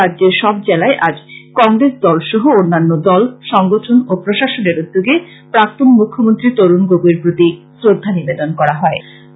রাজ্যের সব জেলায় আজ কংগ্রেস দল সহ অন্যান্য দল সংগঠন ও প্রশাসনের উদ্যোগে প্রাক্তন মৃখ্যমন্ত্রী তরুন গগৈর প্রতি শ্রদ্ধা নিবেদন করা হয়